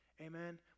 Amen